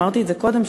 ואמרתי את זה קודם,